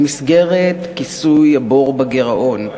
במסגרת כיסוי הבור בגירעון,